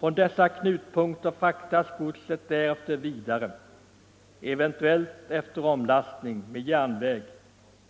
Från dessa knutpunkter fraktas godset därefter vidare — eventuellt efter omlastning — med järnväg